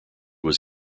was